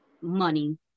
money